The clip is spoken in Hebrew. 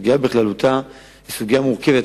הסוגיה בכללותה היא סוגיה מורכבת,